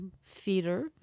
feeder